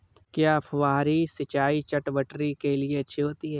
क्या फुहारी सिंचाई चटवटरी के लिए अच्छी होती है?